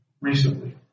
recently